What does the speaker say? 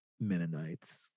Mennonites